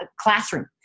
classroom